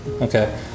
Okay